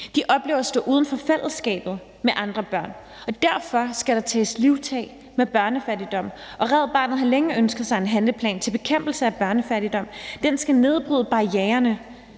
De oplever at stå uden for fællesskabet med andre børn. Og derfor skal der tages livtag med børnefattigdom, og Red Barnet har længe ønsket sig en handleplan til bekæmpelse af fattigdom. Den skal nedbryde barriererne